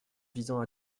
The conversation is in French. visant